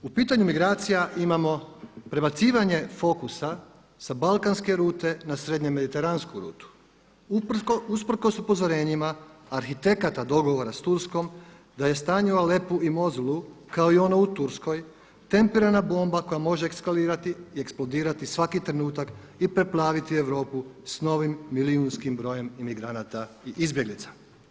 U pitanju migracija imamo prebacivanje fokusa sa balkanske rute na srednje mediteransku rutu usprkos upozorenjima arhitekata dogovora s Turskom da je stanje u Alepu i Mozulu kao i ono u Turskoj tempirana bomba koja može eskalirati i eksplodirati svaki trenutak i preplaviti Europu s novim milijunskim brojem migranata i izbjeglica.